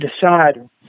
decide